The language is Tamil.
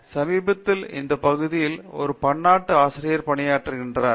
பேராசிரியர் சத்யநாராயணன் என் கும்மாடி சமீபத்தில் இந்த பகுதியில் ஒரு பன்னாட்டு ஆசிரியர் பணியாற்றிகிறார்